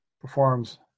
performs